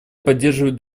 поддерживает